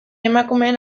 emakumeen